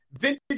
vintage